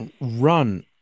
run